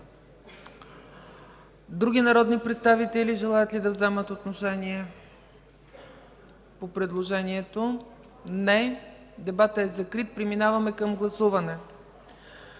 Други народни представители желаят ли да вземат отношение по предложението? Не. Дебатът е закрит, преминаваме към гласуване.